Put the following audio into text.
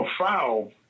afoul